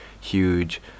huge